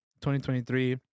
2023